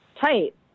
tight